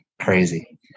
crazy